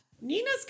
Nina's